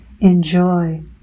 Enjoy